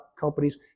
companies